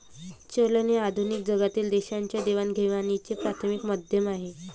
चलन हे आधुनिक जगातील देशांच्या देवाणघेवाणीचे प्राथमिक माध्यम आहे